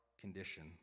condition